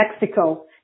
Mexico